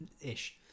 ish